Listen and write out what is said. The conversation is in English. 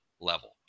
level